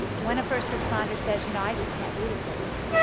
when a first responder says you know i just can't do this anymore,